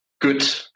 good